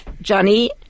Johnny